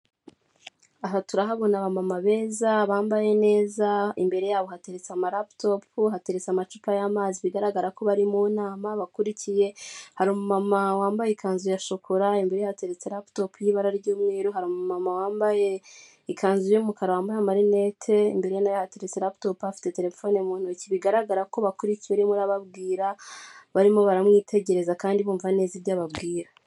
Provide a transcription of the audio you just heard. Aha turahabona abamama beza, bambaye neza, imbere yabo hateretse amaraputopu, hateretse amacupa y'amazi bigaragara ko bari mu nama, bakurikiye, hari umumama wambaye ikanzu ya shokora, imbere ye hateretse raputopu y'ibara ry'umweru, hari umumama wambaye ikanzu y'umukara, wambaye amarinete, imbere ye na we hateretse raputopu, afite telefoni mu ntoki, bigaragara ko bakurikiye urimo arababwira, barimo baramwitegereza kandi bumva neza ibyo ababwira.